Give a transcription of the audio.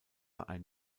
ein